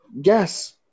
Yes